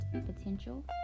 potential